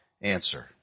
answer